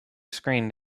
screened